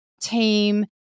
team